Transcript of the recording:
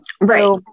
Right